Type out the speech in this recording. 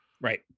Right